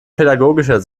pädagogischer